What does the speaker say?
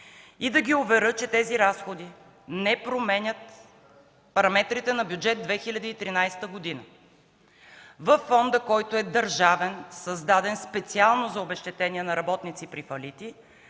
и да ги уверя, че тези разходи не променят параметрите на Бюджет 2013. Във фонда, който е държавен, създаден специално за обезщетения на работници при фалити,